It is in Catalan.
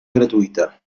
gratuïta